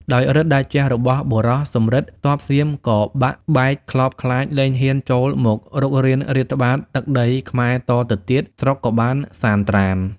ដោយឫទ្ធិតេជះរបស់បុរសសំរិទ្ធ ទ័ពសៀម ក៏បាក់បែកខ្លបខ្លាចលែងហ៊ានចូលមករុករានរាតត្បាតទឹកដីខ្មែរតទៅទៀតស្រុកក៏បានសានត្រាណ ។